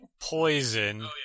poison